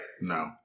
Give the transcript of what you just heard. No